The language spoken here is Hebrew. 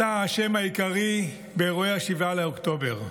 אתה האשם העיקרי באירועי 7 באוקטובר.